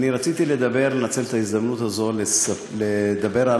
רציתי לנצל את ההזדמנות הזאת לדבר על